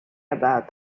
about